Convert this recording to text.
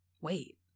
Wait